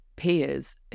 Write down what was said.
peers